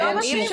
לא מתאים.